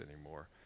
anymore